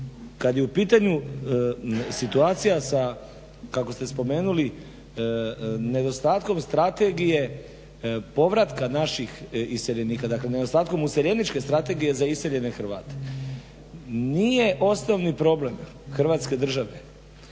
kada je u pitanju situacija sa kako ste spomenuli nedostatkom strategije povratka naših iseljenika, dakle nedostatkom useljeničke strategije za iseljene Hrvate. Nije osnovni problem Hrvatske države